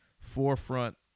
forefront